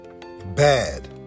bad